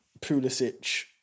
Pulisic